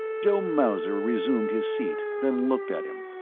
joe mauser resumed his seat then looked at him.